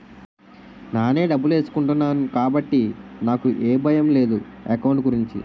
నానే డబ్బులేసుకున్నాను కాబట్టి నాకు ఏ భయం లేదు ఎకౌంట్ గురించి